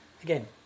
Again